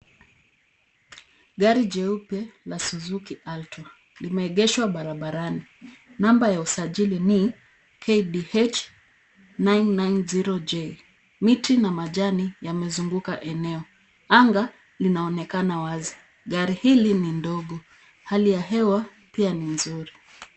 Gari jeupe la Suzuki Alton limeegeshwa barabarani. Namba ya usajili ni KDH 990J.Miti na majani inazunguka eneo. Anga inaonekana wazi. Gari hili ni ndogo. Hali ya hewa pia ni nzuri.